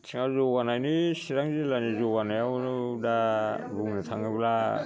बिथिङाव जौगानायनि चिरां जिल्लानि जौगानायाव दा बुंनो थाङोब्ला